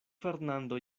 fernando